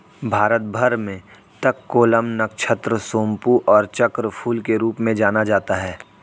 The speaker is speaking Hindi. भारत भर में तककोलम, नक्षत्र सोमपू और चक्रफूल के रूप में जाना जाता है